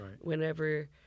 Whenever